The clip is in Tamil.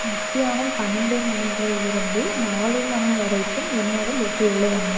மத்தியானம் பன்னெண்டு மணியில் இருந்து நாலு மணி வரைக்கும் என்னோடய லெட்யூவில் என்ன